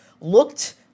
looked